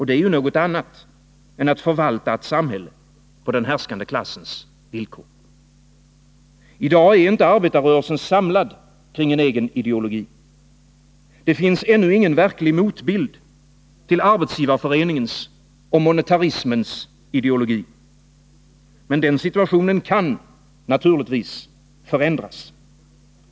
Det är ju något annat än att förvalta ett samhälle på den härskande klassens villkor. I dag är inte arbetarrörelsen samlad kring en egen ideologi. Det finns ännu ingen verklig motbild till Arbetsgivareföreningens och monetarismens ideologi. Men den situationen kan naturligtvis förändras.